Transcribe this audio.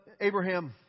Abraham